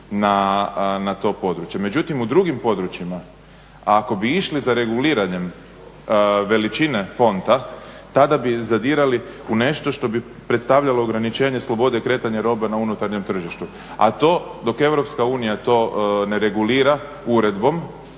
na to područje. Međutim, u drugim područjima ako bi išli za reguliranjem veličine fonta tada bi zadirali u nešto što bi predstavljalo ograničenje slobode kretanja robe na unutarnjem tržištu, a to dok Europska unija to ne regulira uredbom